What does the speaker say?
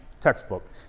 textbook